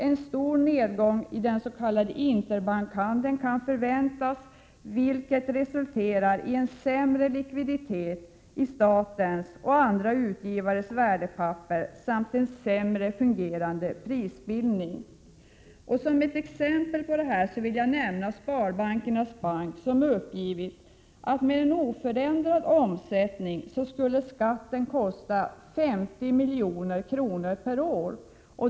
En stor nedgång i den s.k. interbankhandeln kan förväntas, vilket resulterar i en sämre likviditet i statens och andra utgivares värdepapper samt i en sämre fungerande prisbildning. Som ett exempel på detta vill jag nämna Sparbankernas bank som uppgivit att skatten med oförändrad omsättning skulle kosta banken 50 milj.kr.